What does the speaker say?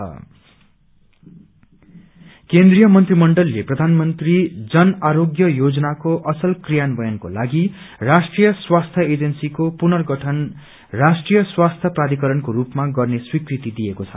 health authority केन्द्रीय मंत्री मण्डलले प्रधानमन्त्री जन आरोग्य योजनाको असल क्रियान्वयनको लागि राष्ट्रीय स्वास्थ्य एजेन्सीको पुनर्गठन राष्ट्रीय स्वास्थ्य प्राधिकरणको रूपमा गर्ने स्वीकृति दिएको छ